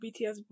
BTS